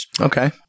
Okay